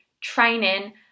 training